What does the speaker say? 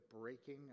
breaking